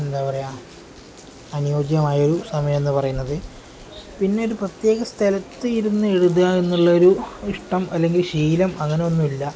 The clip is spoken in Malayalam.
എന്താ പറയുക അനുയോജ്യമായ ഒരു സമയം എന്ന് പറയുന്നത് പിന്നൊരു പ്രത്യേക സ്ഥലത്ത് ഇരുന്ന് എഴുതുക എന്നുള്ളൊരു ഇഷ്ടം അല്ലെങ്കിൽ ശീലം അങ്ങനൊന്നും ഇല്ല